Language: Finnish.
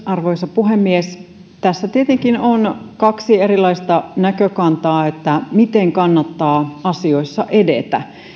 arvoisa puhemies tässä tietenkin on kaksi erilaista näkökantaa miten kannattaa asioissa edetä